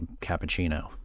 cappuccino